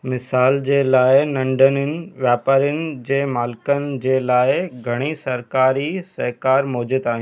मिसाल जे लाइ नंढनि व्यापारियुनि जे मालिकनि जे लाइ घणेई सरकारी सहकारु मौजूदु आहिनि